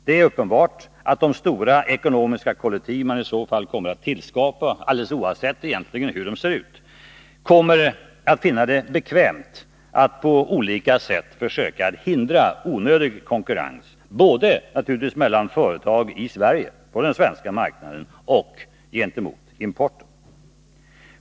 Det är uppenbart att de stora ekonomiska kollektiv man i så fall kommer att skapa — egentligen alldeles oavsett hur de ser ut — kommer att finna det bekvämt att på olika sätt försöka hindra ”onödig” konkurrens, både mellan företag i Sverige, på den svenska marknaden, och gentemot importen.